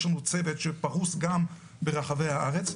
יש לנו צוות שפרוס גם ברחבי הארץ,